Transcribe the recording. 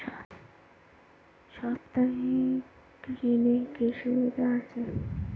সাপ্তাহিক ঋণের কি সুবিধা আছে?